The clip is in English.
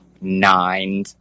nine